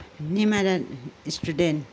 Nimala student